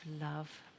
love